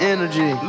Energy